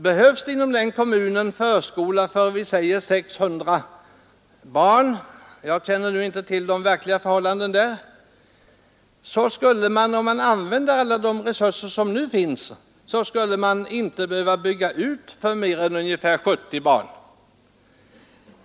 Behövs inom den kommunen förskola för exempelvis 600 barn — jag känner inte till de verkliga förhållandena — skulle man, om man använde alla resurser som nu finns, inte behöva bygga ut för mer än ungefär 70 barn.